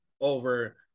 over